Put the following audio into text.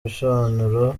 ibisobanuro